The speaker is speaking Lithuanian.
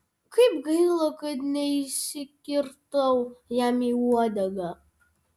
kaip gaila kad neįsikirtau jam į uodegą